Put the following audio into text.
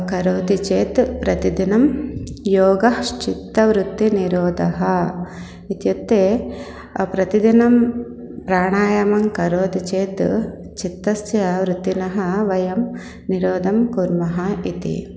करोति चेत् प्रतिदिनं योगश्चित्तवृत्तिनिरोधः इत्युक्त्ते प्रतिदिनं प्राणायामं करोति चेत् चित्तस्य वृत्तेः वयं निरोधं कुर्मः इति